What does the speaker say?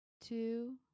two